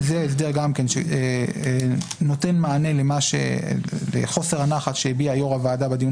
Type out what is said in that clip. זה ההסדר שנותן מענה לחוסר הנחת שהביע יושב-ראש הוועדה בדיון